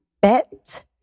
bet